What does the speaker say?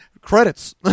credits